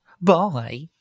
Bye